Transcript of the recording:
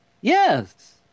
Yes